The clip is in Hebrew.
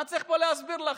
מה צריך פה להסביר לכם?